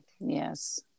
Yes